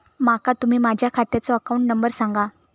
माका तुम्ही माझ्या खात्याचो अकाउंट नंबर सांगा?